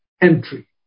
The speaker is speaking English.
entry